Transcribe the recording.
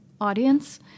audience